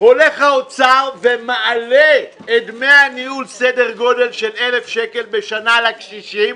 הולך האוצר ומעלה את דמי הניהול בסדר גודל של 1,000 שקל בשנה לקשישים,